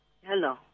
Hello